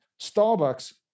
Starbucks